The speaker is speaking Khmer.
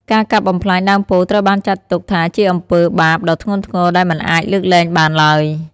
ការកាប់បំផ្លាញដើមពោធិ៍ត្រូវបានចាត់ទុកថាជាអំពើបាបដ៏ធ្ងន់ធ្ងរដែលមិនអាចលើកលែងបានឡើយ។